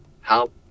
help